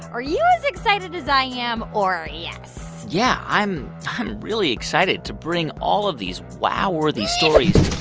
are you as excited as i am or yes? yeah. i'm i'm really excited to bring all of these wow-worthy stories.